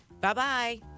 Bye-bye